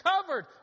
covered